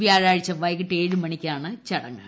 വ്യാഴാഴ്ച വൈകിട്ട് ഏഴ് മണിക്കാണ് ചടങ്ങ്